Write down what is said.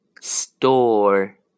Store